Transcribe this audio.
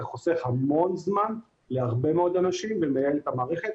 זה חוסך המון זמן להרבה מאוד אנשים ומייעל את המערכת.